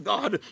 God